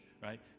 right